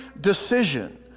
decision